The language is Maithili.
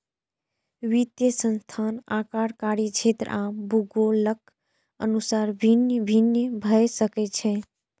वित्तीय संस्थान आकार, कार्यक्षेत्र आ भूगोलक अनुसार भिन्न भिन्न भए सकै छै